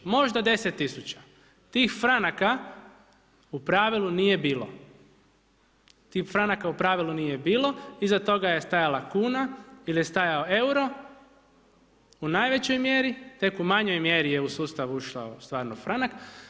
Možda 10 tisuća tih franaka u pravilu nije bilo, tih franaka u pravilu nije bilo, iza toga je stajala kuna ili je stajao euro u najvećoj mjeri, tek u manjoj mjeri je u sustav ušao stvarno franak.